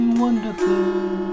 wonderful